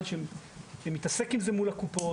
אנחנו נחווה גל נוסף,